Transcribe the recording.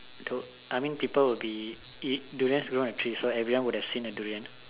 though I mean people will be it durian don't have trees so everyone would have seen a durian